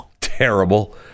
terrible